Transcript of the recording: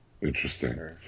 Interesting